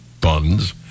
buns